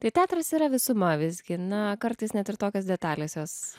tai teatras yra visuma visgi na kartais net ir tokios detalės jos